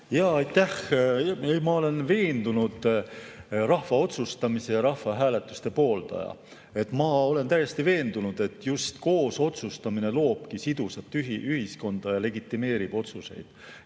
Aitäh! Ma olen veendunud rahva otsustamise ja rahvahääletuste pooldaja. Ma olen täiesti veendunud, et just koos otsustamine loobki sidusat ühiskonda ja legitimeerib otsuseid